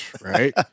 Right